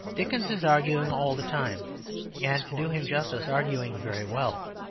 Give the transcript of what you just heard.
dickens is arguing all the time and, to do him justice, arguing very well.